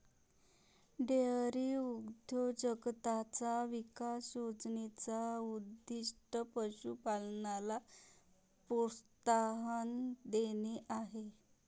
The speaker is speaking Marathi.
डेअरी उद्योजकताचा विकास योजने चा उद्दीष्ट पशु पालनाला प्रोत्साहन देणे आहे